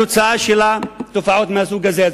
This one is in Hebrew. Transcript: התוצאה שלה היא תופעות מהסוג הזה.